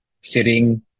sitting